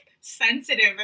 sensitive